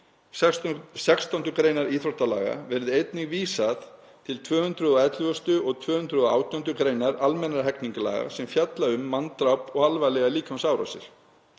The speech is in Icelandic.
16. gr. íþróttalaga verði einnig vísað til 211. og 218. gr. almennra hegningarlaga sem fjalla um manndráp og alvarlegar líkamsárásir.